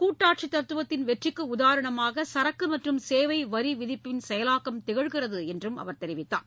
கூட்டாட்சி தத்துவத்தின் வெற்றிக்கு உதாரணமாக சரக்கு மற்றும் சேவை வரி விதிப்பின் செயலாக்கம் திகழ்கிறது என்றும் அவர் தெரிவித்தார்